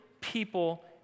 people